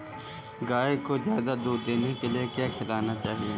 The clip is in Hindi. गाय को ज्यादा दूध देने के लिए क्या खिलाना चाहिए?